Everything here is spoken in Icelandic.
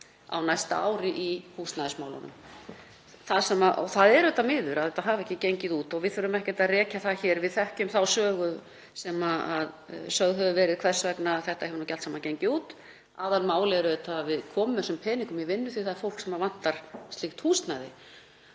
á næsta ári í húsnæðismálunum. Það er miður að þetta hafi ekki gengið út og við þurfum ekkert að rekja það hér. Við þekkjum þá sögu sem sögð hefur verið, hvers vegna þetta hefur ekki allt saman gengið út. Aðalmálið er að við komum þessum peningum í vinnu því að það er fólk sem vantar slíkt húsnæði.